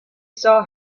saw